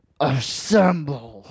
Assemble